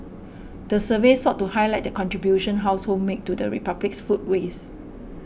the survey sought to highlight the contribution households make to the Republic's food waste